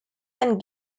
and